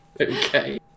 okay